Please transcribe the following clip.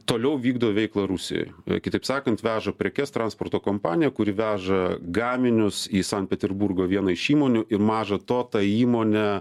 toliau vykdo veiklą rusijoj kitaip sakant veža prekes transporto kompanija kuri veža gaminius į sankt peterburgo vieną iš įmonių ir maža to ta įmonė